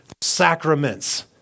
sacraments